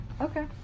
Okay